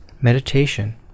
Meditation